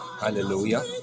Hallelujah